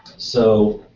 so,